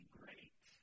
great